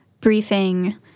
briefing